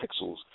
pixels